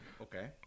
Okay